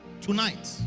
Tonight